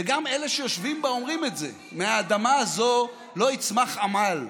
וגם אלה שיושבים בה אומרים את זה: מהאדמה הזאת לא יצמח עמל.